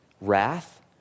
wrath